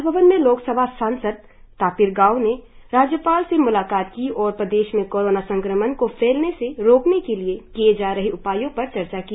राजभवन में लोकसभा सांसद तापिर गाव ने राज्यपाल से म्लाकात की और प्रदेश में कोरोना संक्रमण को फैलने से रोकने के लिए किये जा रहे उपायों पर चर्चा की